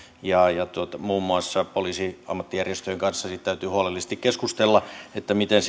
ja ja muun muassa poliisiammattijärjestöjen kanssa siitä täytyy huolellisesti keskustella miten